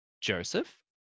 Joseph